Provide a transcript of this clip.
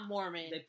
Mormon